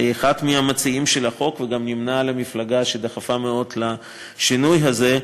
שהוא אחד המציעים של החוק וגם נמנה עם המפלגה שדחפה מאוד לשינוי הזה,